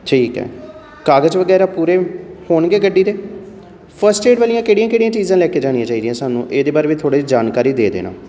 ਠੀਕ ਹੈ ਕਾਗਜ ਵਗੈਰਾ ਪੂਰੇ ਹੋਣਗੇ ਗੱਡੀ ਦੇ ਫਸਟ ਏਡ ਵਾਲੀਆਂ ਕਿਹੜੀਆਂ ਕਿਹੜੀਆਂ ਚੀਜ਼ਾਂ ਲੈ ਕੇ ਜਾਣੀਆਂ ਚਾਹੀਦੀਆਂ ਸਾਨੂੰ ਇਹਦੇ ਬਾਰੇ ਵੀ ਥੋੜ੍ਹੀ ਜਿਹੀ ਜਾਣਕਾਰੀ ਦੇ ਦੇਣਾ